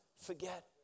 forget